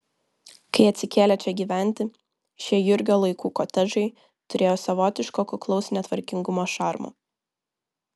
kai atsikėlė čia gyventi šie jurgio laikų kotedžai turėjo savotiško kuklaus netvarkingumo šarmo